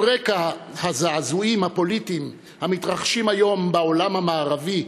על רקע הזעזועים הפוליטיים המתרחשים היום בעולם המערבי,